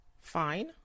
fine